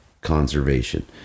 conservation